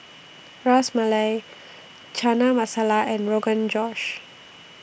Ras Malai Chana Masala and Rogan Josh